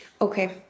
Okay